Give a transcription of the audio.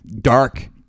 dark